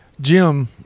Jim